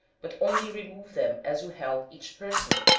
but only remove them as you help each person,